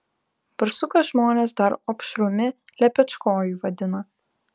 barsuką žmonės dar opšrumi lepečkoju vadina